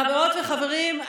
חברות וחברים,